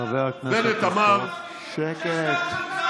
חבר הכנסת טופורובסקי, שקט.